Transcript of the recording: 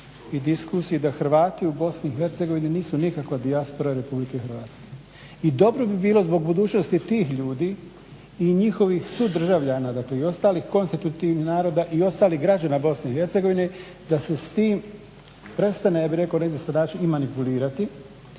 Hrvati u BiH nisu nikakva dijaspora RH. I dobro bi bilo zbog budućnosti tih ljudi i njihovih sudržavljana, dakle i ostalih konstitutivnih naroda i ostalih građana BiH da se s tim prestane ja bih rekao